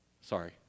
Sorry